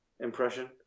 impression